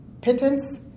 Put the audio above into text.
pittance